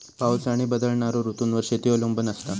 पाऊस आणि बदलणारो ऋतूंवर शेती अवलंबून असता